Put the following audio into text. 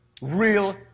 real